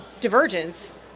divergence